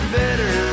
better